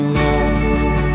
love